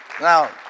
Now